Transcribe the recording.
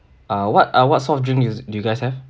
uh what ah what sort of you do you guys have